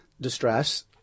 distress